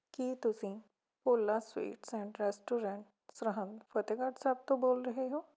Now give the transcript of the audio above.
ਕੀ ਤੁਸੀਂ Bhola sweets and restaurant Sirhind Fatehgarh Sahib ਤੋਂ ਬੋਲ ਰਹੇ ਹੋ